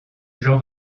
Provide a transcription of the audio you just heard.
jean